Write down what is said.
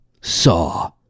saw